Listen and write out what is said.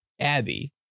abby